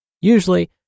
Usually